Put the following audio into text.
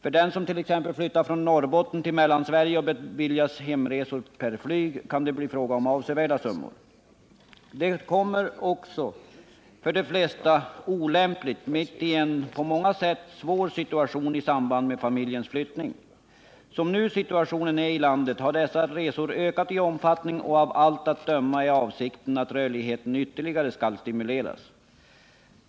För den som t.ex. flyttar från Norrbotten till Mellansverige och beviljas hemresor per flyg kan det bli fråga om avsevärda summor. Detta kommer också för de flesta olämpligt, mitt i en på många sätt svår situation i samband med familjens flyttning. Som läget nu är i landet har dessa resor ökat i omfattning, och av allt att döma är avsikten att rörligheten ytterligare skall stimuleras.